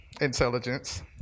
intelligence